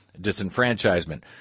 disenfranchisement